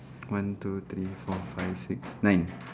one two three four five six nine